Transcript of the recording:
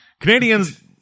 Canadians